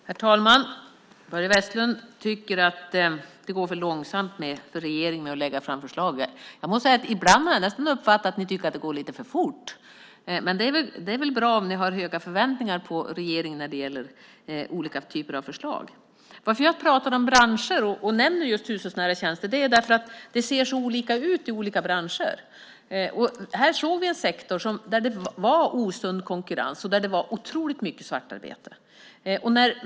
Herr talman! Börje Vestlund tycker att det går för långsamt för regeringen att lägga fram förslagen. Ibland har jag nästan uppfattat att ni tycker att det går lite för fort. Men det är väl bra att ni har höga förväntningar på regeringen när det gäller olika typer av förslag. Jag talar om branscher och nämner hushållsnära tjänster för att det ser så olika ut i olika branscher. Här såg vi en sektor där det var osund konkurrens och otroligt mycket svartarbete.